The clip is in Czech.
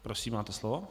Prosím, máte slovo.